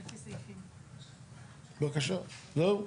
בבקשה, זהו?